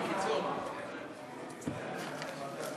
בקיצור, בקיצור.